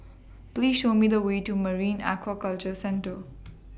Please Show Me The Way to Marine Aquaculture Centre